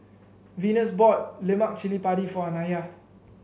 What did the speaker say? Venus bought Lemak Cili Padi for Anaya